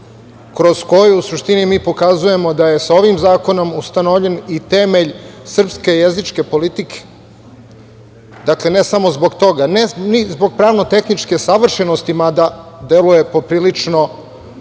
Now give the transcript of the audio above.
kroz koju u suštini mi pokazujemo da je sa ovim zakonom ustanovljen i temelj srpske jezičke politike. Dakle, ne samo zbog toga, ni zbog pravno-tehničke savršenosti mada deluje poprilično